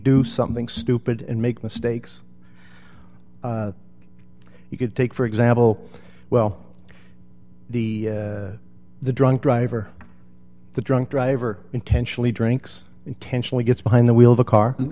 do something stupid and make mistakes you could take for example well the the drunk driver the drunk driver intentionally drinks intentionally gets behind the wheel of a car